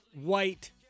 white